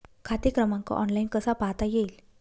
खाते क्रमांक ऑनलाइन कसा पाहता येईल?